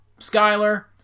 Skyler